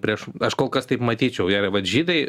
prieš aš kol kas taip matyčiau ją vat žydai